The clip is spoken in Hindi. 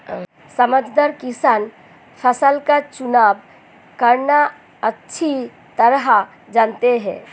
समझदार किसान फसल का चुनाव करना अच्छी तरह जानते हैं